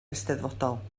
eisteddfodol